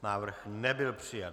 Návrh nebyl přijat.